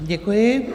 Děkuji.